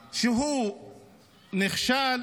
שנכשל,